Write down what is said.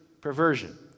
Perversion